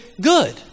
good